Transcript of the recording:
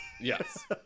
Yes